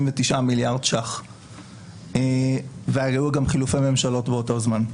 מיליארד שקלים והיו גם חילופי ממשלות באותו זמן.